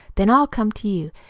then i'll come to you,